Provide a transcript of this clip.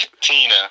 Tina